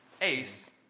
Ace